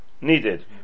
needed